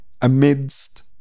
amidst